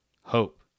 hope